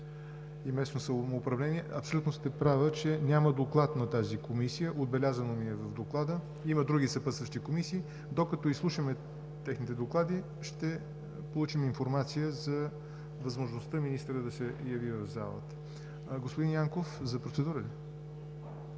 и благоустройството. Абсолютно сте права, че няма доклад на тази Комисия – отбелязано ми е в доклада, има други съпътстващи комисии. Докато изслушаме техните доклади, ще получим информация за възможността министърът да се яви в залата. Господин Янков, заповядайте